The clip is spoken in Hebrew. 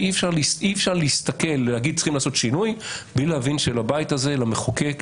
אי אפשר להסתכל ולומר שצריך לעשות שינוי בלי להבין שבבית הזה למחוקק,